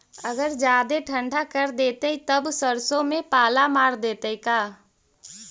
अगर जादे ठंडा कर देतै तब सरसों में पाला मार देतै का?